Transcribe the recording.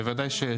בוודאי.